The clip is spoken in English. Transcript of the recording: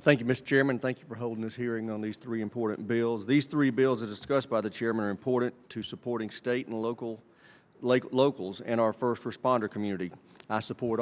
thank you mr chairman thank you for holding this hearing on these three important bills these three bills are discussed by the chairman important to supporting state and local like locals and our first responder community support